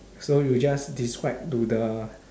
so you just describe to the